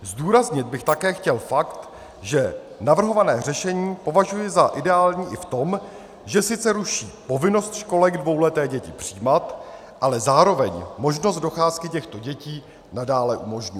Zdůraznit bych také chtěl fakt, že navrhované řešení považuji za ideální i v tom, že sice ruší povinnost školek dvouleté děti přijímat, ale zároveň možnost docházky těchto dětí nadále umožňuje.